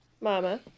Mama